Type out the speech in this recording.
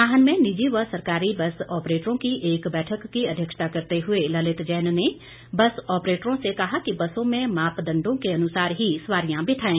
नाहन में निजी व सरकारी बस ऑपरेटरों की एक बैठक की अध्यक्षता करते हुए ललित जैन ने बस ऑपरेटरों से कहा कि बसों में मापदंडों के अनुसार ही सवारियां बैठाएं